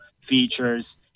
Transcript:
features